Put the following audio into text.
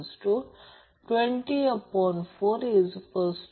हे असे आहे ज्याला मुळात आपण कॉइलचा Q0 म्हणतो